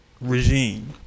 regime